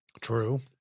True